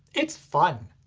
it's fun!